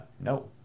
No